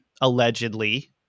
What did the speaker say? allegedly